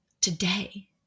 today